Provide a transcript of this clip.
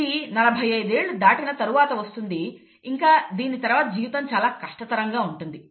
ఇది 45 ఏళ్లు దాటిన తరువాత వస్తుంది ఇంకా దీని తర్వాత జీవితం చాలా కష్టతరంగా ఉంటుంది